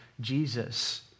Jesus